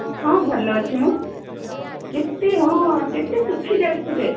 ହଁ ଭଲ ଅଛି ମୁଁ କେତେ ହଁ କେତେ ଶୁଖି ଯାଇଛଯେ